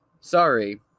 Sorry